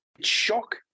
shock